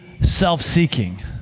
self-seeking